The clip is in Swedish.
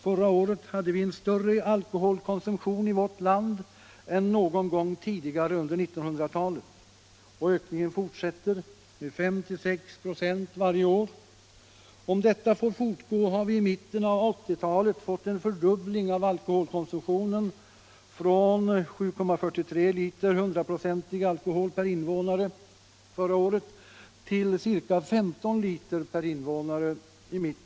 Förra året hade vi en större alkoholkonsumtion i vårt land än någon gång tidigare under 1900-talet. Och ökningen fortsätter med 5—6 9 varje år. Om detta får fortgå har vi i mitten av 1980-talet fått en fördubbling av alkoholkonsumtionen från 7,43 liter hundraprocentig alkohol per invånare förra året till ca 15 liter per invånare.